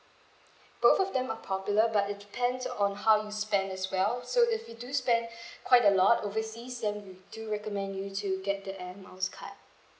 both of them are popular but it depends on how you spend as well so if you do spend quite a lot overseas then we do recommend you to get the air miles card